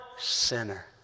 Sinner